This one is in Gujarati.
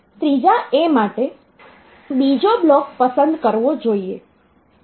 ત્રીજા A માટે બીજો બ્લોક પસંદ કરવો જોઈએ